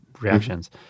reactions